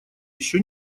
еще